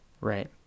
right